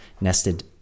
nested